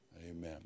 Amen